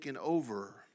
over